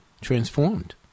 transformed